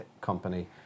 company